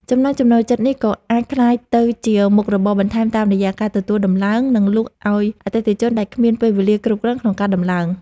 ចំណង់ចំណូលចិត្តនេះក៏អាចក្លាយទៅជាមុខរបរបន្ថែមតាមរយៈការទទួលដំឡើង និងលក់អោយអតិថិជនដែលគ្មានពេលវេលាគ្រប់គ្រាន់ក្នុងការដំឡើង។